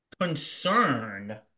concerned